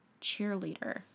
cheerleader